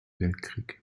weltkrieg